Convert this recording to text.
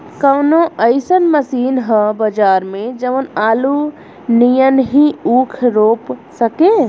कवनो अइसन मशीन ह बजार में जवन आलू नियनही ऊख रोप सके?